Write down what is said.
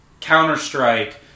Counter-Strike